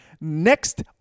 Next